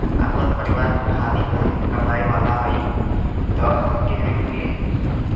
आपन परिवार में खाली हमहीं कमाये वाला हई तह हमके ऋण मिली?